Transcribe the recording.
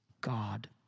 God